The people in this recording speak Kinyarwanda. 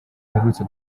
aherutse